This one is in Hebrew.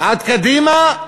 עד קדימה,